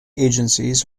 agencies